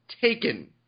taken